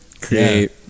create